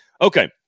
Okay